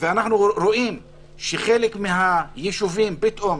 ואנחנו רואים שחלק מהיישובים פתאום